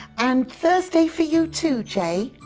and thursday for you too, jay?